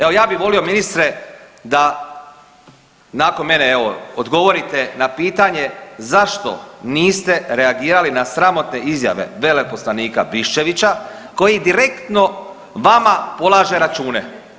Evo, ja bi volio, ministre da, nakon mene, evo, odgovorite na pitanje zašto niste reagirali na sramotne izjave veleposlanika Biščevića koji direktno vama polaže račune.